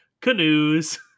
Canoes